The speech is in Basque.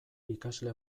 ikasle